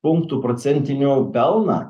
punktų procentinių pelną